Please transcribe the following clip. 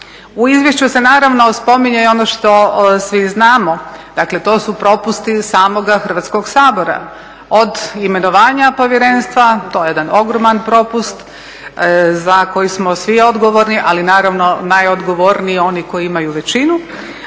U izvješću se naravno spominje i ono što svi znamo, dakle to su propusti samoga Hrvatskog sabora, od imenovanja povjerenstva, to je jedan ogroman propust za koji smo svi odgovorni ali naravno najodgovorniji oni koji imaju većinu,